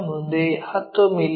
ನ ಮುಂದೆ 10 ಮಿ